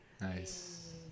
Nice